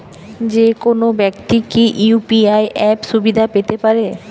যেকোনো ব্যাক্তি কি ইউ.পি.আই অ্যাপ সুবিধা পেতে পারে?